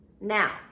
now